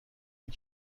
این